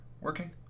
working